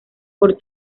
por